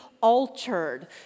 altered